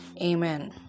Amen